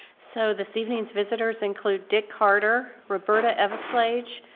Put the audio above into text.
so this evening's visitors include dick carter, roberta eveslage,